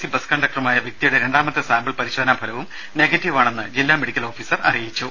C bus കണ്ടക്ടറുമായ വ്യക്തിയുടെ രണ്ടാമത്തെ സാമ്പിൾ പരിശോധനാ ഫലവും നെഗറ്റീവാണെന്ന് ജില്ലാ മെഡിക്കൽ ഓഫീസർ അറിയിച്ചു